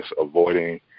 avoiding